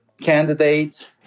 candidate